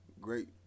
Great